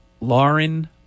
Lauren